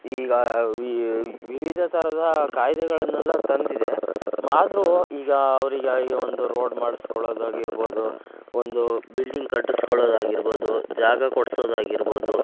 ಈಗ ವಿವಿಧ ಥರದ ಕಾಯ್ದೆಗಳನ್ನೆಲ್ಲ ತಂದಿದೆ ಮ್ ಆದರೂ ಈಗ ಅವ್ರಿಗಾಗಿ ಒಂದು ರೋಡ್ ಮಾಡಿಸ್ಕೊಳ್ಳೋದಾಗಿರ್ಬೋದು ಒಂದು ಬಿಲ್ಡಿಂಗ್ ಕಟ್ಟಿಸ್ಕೊಳ್ಳೋದಾಗಿರ್ಬೋದು ಜಾಗ ಕೊಡಿಸೋದಾಗಿರ್ಬೋದು